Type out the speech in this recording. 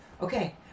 okay